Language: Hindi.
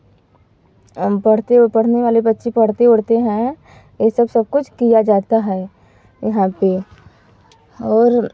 पढ़ते और पढ़ने वाले बच्चे पढ़ते उढ़ते हैं यह सब सब कुछ किया जाता है यहाँ पर और